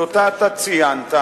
שאותה אתה ציינת,